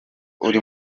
ukiri